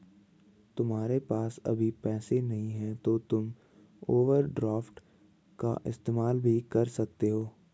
तुम्हारे पास अभी पैसे नहीं है तो तुम ओवरड्राफ्ट का इस्तेमाल भी कर सकते हो